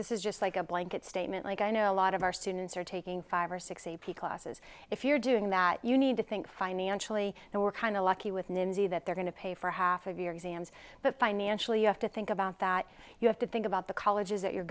this is just like a blanket statement like i know a lot of our students are taking five or six a p classes if you're doing that you need to think financially and we're kind of lucky with mindy that they're going to pay for half of your exams but financially you have to think about that you have to think about the colleges that you're